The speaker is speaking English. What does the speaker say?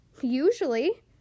Usually